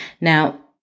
Now